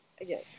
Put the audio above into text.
Again